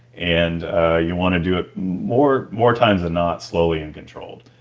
and ah you want to do it more more times than not slowly and controlled.